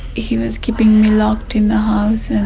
he was keeping me locked in the house and